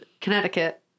Connecticut